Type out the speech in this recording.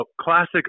classic